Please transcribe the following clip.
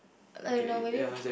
I don't know maybe